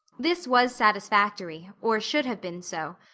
this was satisfactory or should have been so.